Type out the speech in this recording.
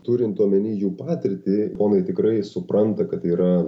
turint omeny jų patirtį japonai tikrai supranta kad tai yra